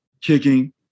kicking